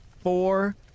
four